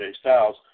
Styles